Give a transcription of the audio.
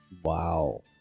wow